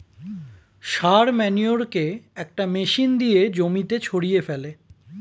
সার মানুরেকে একটা মেশিন দিয়ে জমিতে ছড়িয়ে ফেলে